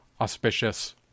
auspicious